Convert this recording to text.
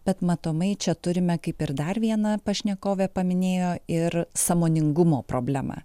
bet matomai čia turime kaip ir dar vieną pašnekovė paminėjo ir sąmoningumo problemą